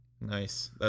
Nice